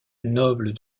nobles